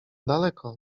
daleko